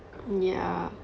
yeah